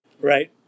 Right